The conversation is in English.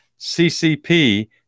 CCP